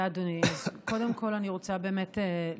2. האם בכוונת המשרד להרחיב את הכביש והאם יש מימון לכך?